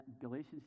Galatians